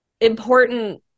important